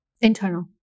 Internal